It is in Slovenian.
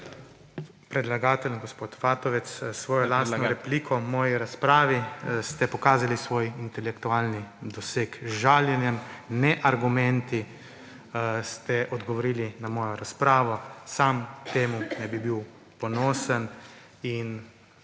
Predlagatelj gospod Vatovec, s svojo lastno repliko moji razpravi ste pokazali svoj intelektualni doseg. Z žaljenjem, ne argumenti, ste odgovorili na mojo razpravo. Sam na to ne bi bil ponosen in